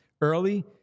early